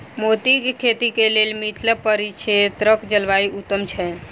मोतीक खेती केँ लेल मिथिला परिक्षेत्रक जलवायु उत्तम छै?